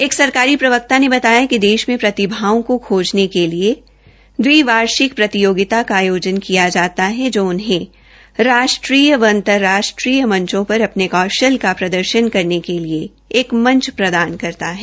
एक सरकारी प्रवकता ने बताया कि देश में प्रतिभाओं को रोकने के लिए दिवार्षिक प्रतियोगिता का आयोजन किया जाता है जो उन्हें राष्ट्रीय व अंतर्राष्ट्रीय मंचो पर अपने कौशल का प्रदर्शन करने के लिए एक मंच प्रदान करता है